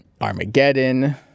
Armageddon